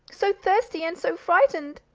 so thirsty and so frightened!